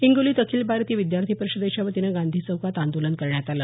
हिंगोलीत अखिल भारतीय विद्यार्थी परिषदेच्या वतीनं गांधी चौकात आंदोलन करण्यात आलं